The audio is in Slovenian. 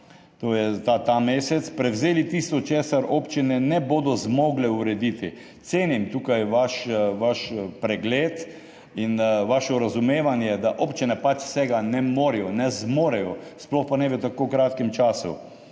to je ta mesec, prevzeli tisto, česar občine ne bodo zmogle urediti. Cenim vaš pregled in vaše razumevanje, da občine pač vsega ne morejo, ne zmorejo, sploh pa ne v tako kratkem času.